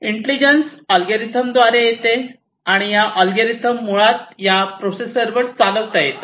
intelligence अल्गोरिदमद्वारे येते आणि या अल्गोरिदम मुळात या प्रोसेसरवर चालवता येतात